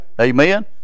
Amen